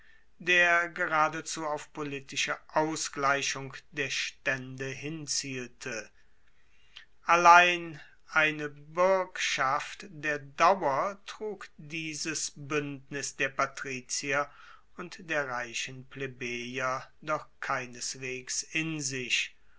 der geradezu auf politische ausgleichung der staende hinzielte allein eine buergschaft der dauer trug dieses buendnis der patrizier und der reichen plebejer doch keineswegs in sich